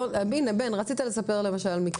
הנה בן רצית לספר על משהו למל,